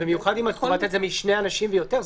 ובמיוחד אם את קובעת את זה משני אנשים ויותר,